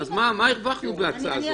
אז מה הרווחנו בהצעה הזאת?